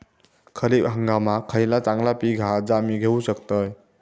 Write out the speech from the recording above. खरीप हंगामाक खयला चांगला पीक हा जा मी घेऊ शकतय?